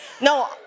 No